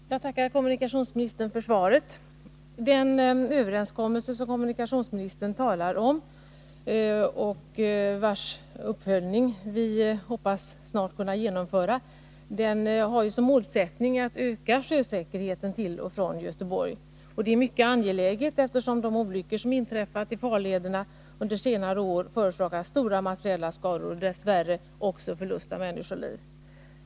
Herr talman! Jag tackar kommunikationsministern för svaret. Den överenskommelse som kommunikationsministern talar om, vars uppföljning vi hoppas snart kunna genomföra, har ju som målsättning att öka sjösäkerheten till och från Göteborg. Detta är mycket angeläget, eftersom de olyckor som under senare år har inträffat i farlederna har förorsakat stora materiella skador och dess värre också förlust av människoliv.